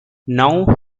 now